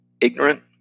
ignorant